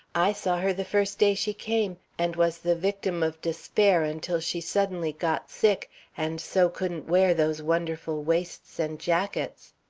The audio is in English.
i saw her the first day she came, and was the victim of despair until she suddenly got sick and so couldn't wear those wonderful waists and jackets.